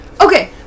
Okay